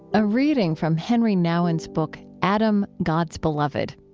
a reading from henri nouwen's book adam god's beloved.